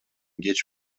кеч